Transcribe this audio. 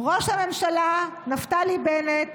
ראש הממשלה נפתלי בנט